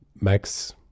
Max